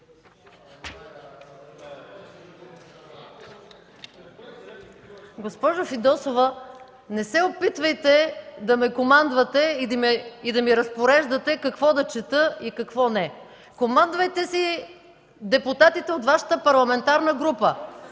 Госпожо Фидосова, не се опитвайте да ме командвате и да ми разпореждате какво да чета и какво не. Командвайте депутатите от Вашата парламентарна група!